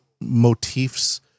motifs